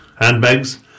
handbags